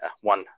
one